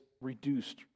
reduced